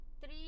three